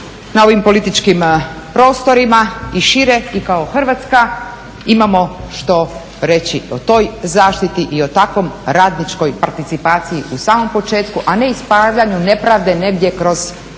na ovim političkim prostorima i šire i kao Hrvatska imamo što reći o toj zaštiti i takvoj radničkoj participaciji u samom početku, a ne ispravljanje nepravde negdje kroz poreznu